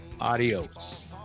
adios